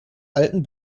alten